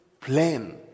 plan